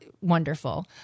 wonderful